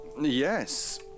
Yes